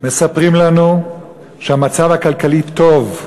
מספרים לנו שהמצב הכלכלי טוב,